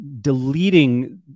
deleting